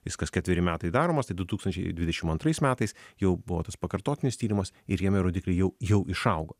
jis kas ketveri metai daromas tai du tūkstančiai dvidešim antrais metais jau buvo tas pakartotinis tyrimas ir jame rodikliai jau jau išaugo